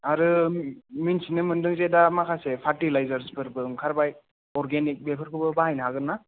आरो मोनथिनो मोनदों जे दा माखासे पार्टिलाइजार्सफोरबो ओंखारबाय अर्गेनिक बेफोरखौबो बाहायनो हागोन ना